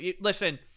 Listen